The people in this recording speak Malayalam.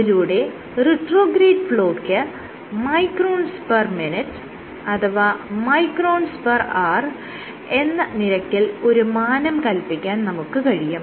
അതിലൂടെ റിട്രോഗ്രേഡ് ഫ്ലോയ്ക്ക് micronsminute അഥവാ micronshour എന്ന നിരക്കിൽ ഒരു മാനം കൽപ്പിക്കാൻ നമുക്ക് കഴിയും